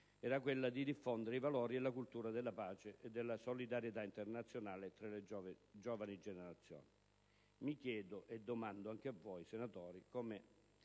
era quella di diffondere i valori e la cultura della pace e della solidarietà internazionale tra le giovani generazioni. Mi chiedo e domando anche a voi, onorevoli